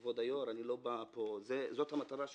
כבוד היו"ר, זאת המטרה של